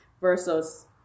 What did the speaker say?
Versus